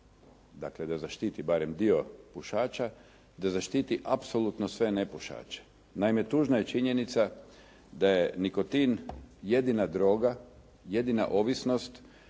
dakle da zaštiti barem dio pušača, da zaštiti apsolutno sve nepušače. Naime, tužna je činjenica da je nikotin jedina droga, jedina ovisnost